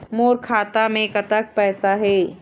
मोर खाता मे कतक पैसा हे?